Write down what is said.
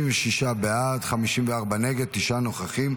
36 בעד, 54 נגד, תשעה נוכחים.